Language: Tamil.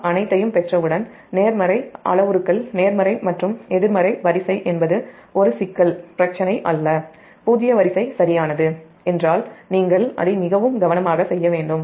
நாம் அனைத்தையும் பெற்றவுடன் நேர்மறை அளவுருக்கள் நேர்மறை மற்றும் எதிர்மறை வரிசை என்பது ஒரு பிரச்சினை அல்ல பூஜ்ஜிய வரிசை சரியானது என்றால் நீங்கள் அதை மிகவும் கவனமாக செய்ய வேண்டும்